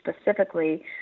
specifically